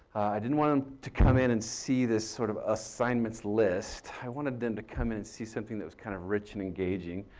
i didn't want them to come in and see this sort of assignments list. i wanted them to come in and see something that was kind of rich and engaging